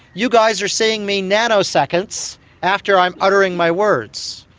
you guys are seeing me nanoseconds after i'm uttering my words.